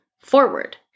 forward